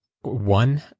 one